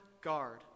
guard